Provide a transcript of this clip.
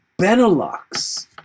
Benelux